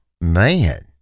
Man